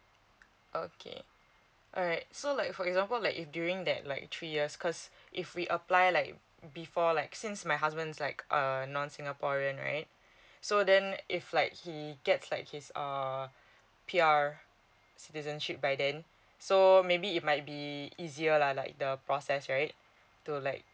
okay alright so like for example like if during that like three years cause if we apply like before like since my husband's like err non singaporean right so then if like he gets like his um pr citizenship by then so maybe it might be easier lah like the process right to like